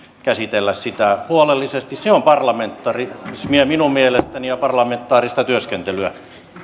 käsitellä sitä huolellisesti se on parlamentarismia minun mielestäni ja parlamentaarista työskentelyä